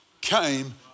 came